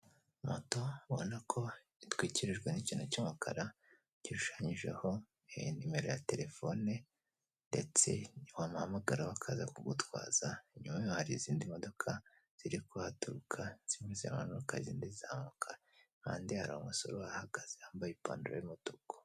Moto ubona ko itwikirijwe n'ikintu cy'umukara gishushanyijeho nimero ya telefone ndetse niwabahamagara bakaza kugutwaza, nyuma y'aho hari izindi modoka ziri kuhaturuka zirimo izimanuka izindi zizamuka kandi hari amasore ahagaze yambaye ipantaro y'umutuku.